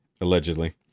allegedly